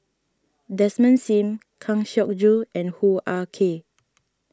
Desmond Sim Kang Siong Joo and Hoo Ah Kay